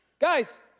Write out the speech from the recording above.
guys